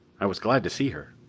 i was glad to see her.